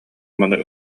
маны